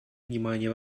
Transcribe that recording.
внимания